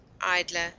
IDLER